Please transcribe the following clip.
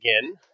again